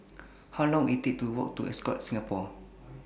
How Long Will IT Take to Walk to Ascott Singapore